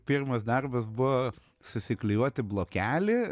pirmas darbas buvo susiklijuoti blokelį